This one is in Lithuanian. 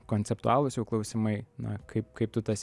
konceptualūs jau klausimai na kaip kaip tu tas